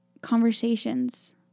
conversations